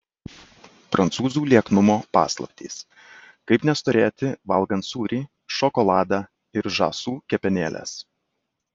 prancūzių lieknumo paslaptys kaip nestorėti valgant sūrį šokoladą ir žąsų kepenėles